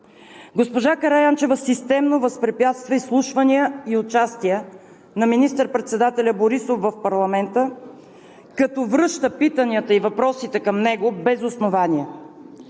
Госпожа Караянчева системно възпрепятства изслушвания и участия на министър-председателя Борисов в парламента, като връща питанията и въпросите към него без основание.